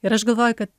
ir aš galvoju kad